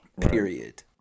Period